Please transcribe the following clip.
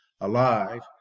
alive